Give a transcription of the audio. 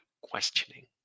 questioning